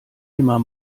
immer